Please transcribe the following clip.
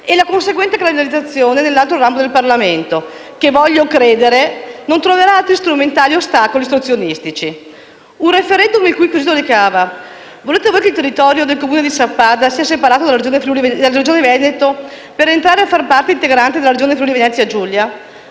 e la conseguente calendarizzazione nell'altro ramo del Parlamento che voglio credere non troverà altri strumentali ostacoli ostruzionistici. Un *referendum* il cui quesito recava: «Volete voi che il territorio del Comune di Sappada sia separato dalla Regione Veneto per entrare a far parte integrante della Regione Friuli-Venezia Giulia?».